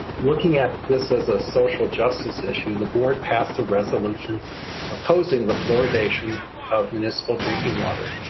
looking at this as a social justice issue, the board passed a resolution opposing the fluoridation of municipal drinking water.